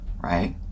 right